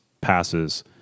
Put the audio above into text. passes